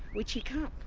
which he can't.